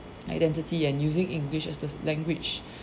identity and using english as the language